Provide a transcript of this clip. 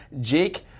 Jake